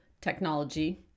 technology